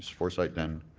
forsythe then,